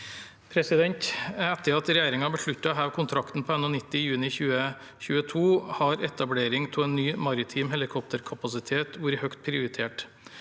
Etter at re- gjeringen besluttet å heve kontrakten på NH90 i juni 2022, har etablering av en ny maritim helikopterkapasitet vært høyt prioritert.